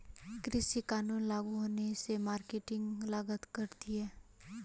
कृषि कानून लागू होने से मार्केटिंग लागत घटेगी